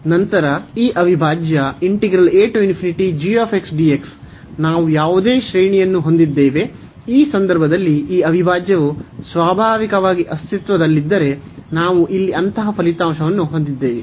ನಂತರ ಈ ಅವಿಭಾಜ್ಯ ನಾವು ಯಾವುದೇ ಶ್ರೇಣಿಯನ್ನು ಹೊಂದಿದ್ದೇವೆ ಈ ಸಂದರ್ಭದಲ್ಲಿ ಈ ಅವಿಭಾಜ್ಯವು ಸ್ವಾಭಾವಿಕವಾಗಿ ಅಸ್ತಿತ್ವದಲ್ಲಿದ್ದರೆ ನಾವು ಇಲ್ಲಿ ಅಂತಹ ಫಲಿತಾಂಶವನ್ನು ಹೊಂದಿದ್ದೇವೆ